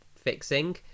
fixing